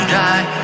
die